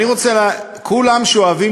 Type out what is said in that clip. אני רוצה, כולם, שאוהבים